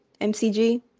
MCG